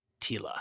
Tila